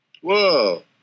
Whoa